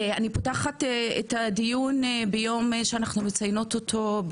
אני פותחת את הדיון ביום שאנחנו מציינות אותו,